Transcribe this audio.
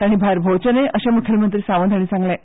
तांणीय भायर भोंवचे न्हय अशेंय म्खेलमंत्री सावंत हाणी सांगलें